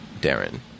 Darren